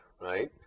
right